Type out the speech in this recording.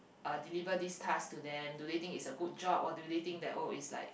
uh deliver this task to them do they think it's a good job or do they think that oh it's like